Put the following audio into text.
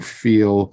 feel